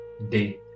day